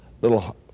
little